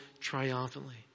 triumphantly